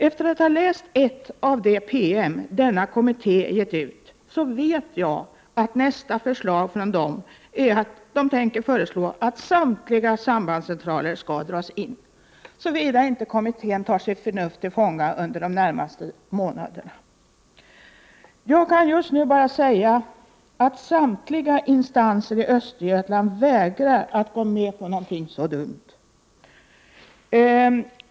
Efter att ha läst ett av de PM denna kommitté gett ut, vet jag att nästa förslag är att samtliga sambandscentraler skall dras in — såvida inte kommittén tar sitt förnuft till fånga under de närmaste månaderna. Jag kan just nu bara säga att samtliga instanser i Östergötland vägrar att gå med på någonting så dumt.